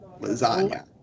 Lasagna